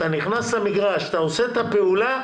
אתה נכנס למגרש ועושה את הפעולה,